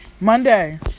Monday